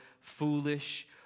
foolish